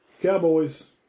Cowboys